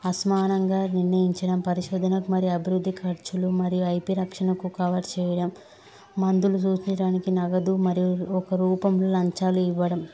అస్మానంగా నిర్ణయించడం పరిశోధనకు మరియు అభివృద్ధి ఖర్చులు మరియు ఐపి రక్షణకు కవర్ చేయడం మందులు సూచించడానికి నగదు మరియు ఒక రూపంలోంలో చాలు ఇవ్వడం